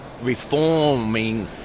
reforming